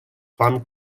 fan